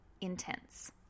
intense